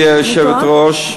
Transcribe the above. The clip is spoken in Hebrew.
אני טועה?